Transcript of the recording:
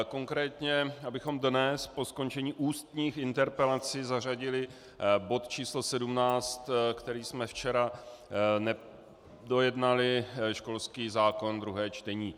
Konkrétně abychom dnes po skončení ústních interpelací zařadili bod číslo 17, který jsme včera nedojednali, školský zákon, druhé čtení.